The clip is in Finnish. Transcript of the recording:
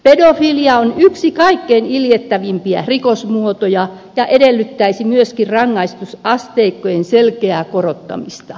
pedofilia on yksi kaikkein iljettävimpiä rikosmuotoja joka edellyttäisi myöskin rangaistusasteikkojen selkeää korottamista